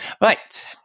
right